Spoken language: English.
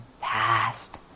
past